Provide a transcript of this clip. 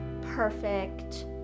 perfect